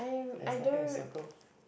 there's nothing to circle